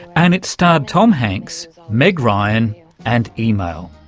and it starred tom hanks, meg ryan and email.